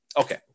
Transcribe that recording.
Okay